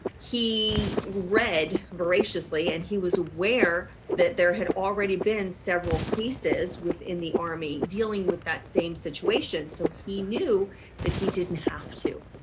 he read voraciously and he was aware that there had already been several cases within the army dealing with that same situation. so he knew that he didn't have to